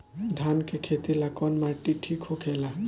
धान के खेती ला कौन माटी ठीक होखेला?